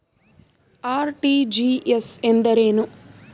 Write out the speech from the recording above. RTGS ಎಂದರೇನು?